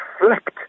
reflect